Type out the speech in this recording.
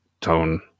tone